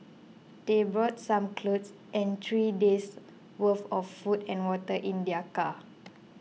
they brought some clothes and three days' worth of food and water in their car